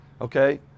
okay